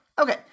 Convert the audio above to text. Okay